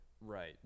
Right